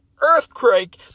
earthquake